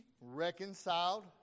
reconciled